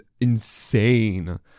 insane